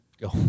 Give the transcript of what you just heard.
go